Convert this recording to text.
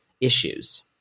issues